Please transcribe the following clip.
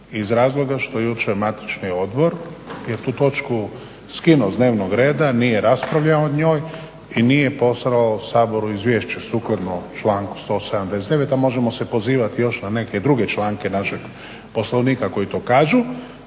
iz razloga što jučer matični odbor je tu točku skinuo s dnevnog reda, nije raspravljao o njoj i nije poslao Saboru izvješće sukladno članku 179. a možemo se pozivati još na neke druge članke našeg Poslovnika koji to kažu.